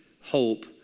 hope